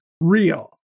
real